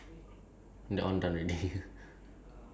three okay I left with two pink cards